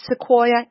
Sequoia